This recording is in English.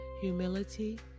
humility